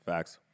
Facts